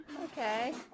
Okay